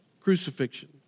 crucifixion